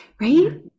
Right